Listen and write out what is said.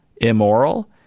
immoral